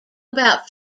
about